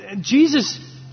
Jesus